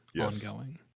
ongoing